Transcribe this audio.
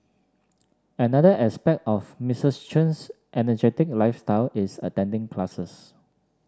another aspect of Mistress Chen's energetic lifestyle is attending classes